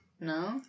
No